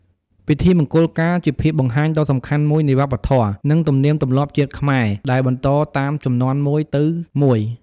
ពិធីមង្គលការ ជាភាពបង្ហាញដ៏សំខាន់មួយនៃវប្បធម៌ និងទំនៀមទម្លាប់ជាតិខ្មែរ ដែលបន្តតាមជំនាន់មួយទៅមួយ។